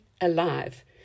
alive